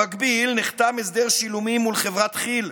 במקביל נחתם הסדר שילומים מול חברת כי"ל,